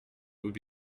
would